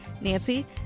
Nancy